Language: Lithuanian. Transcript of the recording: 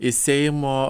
iš seimo